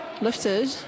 lifted